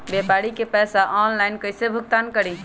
व्यापारी के पैसा ऑनलाइन कईसे भुगतान करी?